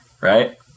right